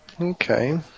Okay